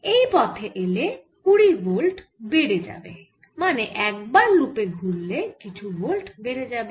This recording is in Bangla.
এই পথে এলে 20 ভোল্ট বেড়ে যাবে মানে একবার লুপে ঘুরলে কিছু ভোল্ট বেড়ে যাবে